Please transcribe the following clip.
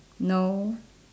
no